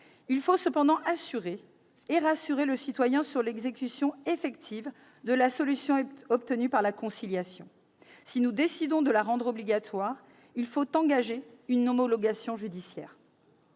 Il faut cependant assurer et rassurer le citoyen sur l'exécution effective de la solution obtenue par la conciliation. Si nous décidons de la rendre obligatoire, il faut engager une homologation judiciaire.